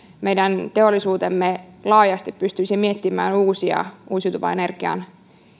meidän teollisuutemme laajasti pystyisi miettimään uusia uusiutuvan energian